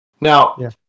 Now